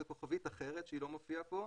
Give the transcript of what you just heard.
זו כוכבית אחרת שלא מופיעה פה,